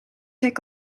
take